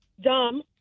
dumb